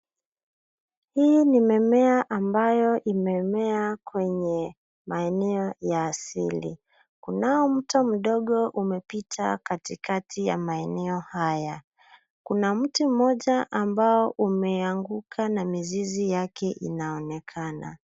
Hii ni mimea ambayo imemea kwenye maeneo ya asili, kunao mto mdogo umepita katikati ya maeneo haya, kuna mti moja ambao umeanguka na mizizi yake inaonekana.